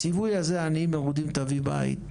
הציווי הזה עניים מרודים תביא בית,